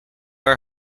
are